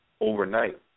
overnight